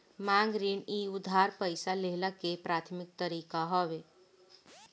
मांग ऋण इ उधार पईसा लेहला के प्राथमिक तरीका हवे